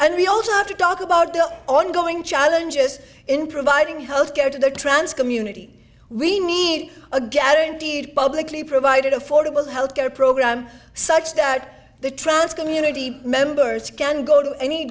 and we also have to talk about the ongoing challenges in providing health care to the trans community we need a guaranteed publicly provided affordable health care program such that the trans community members can go to any